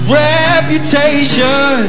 reputation